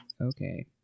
Okay